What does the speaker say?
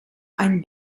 ein